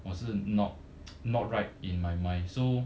我是 not not right in my mind so